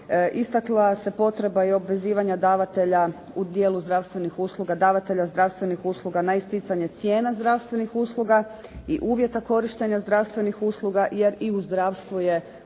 Istakla se potreba i obvezivanja davatelja u dijelu zdravstvenih usluga, davatelja zdravstvenih usluga na isticanje cijena zdravstvenih usluga i uvjeta korištenja zdravstvenih usluga jer i u zdravstvu je osoba